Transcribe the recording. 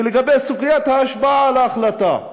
ולגבי סוגיית ההשפעה על ההחלטה?